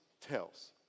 tells